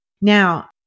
Now